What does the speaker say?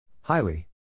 Highly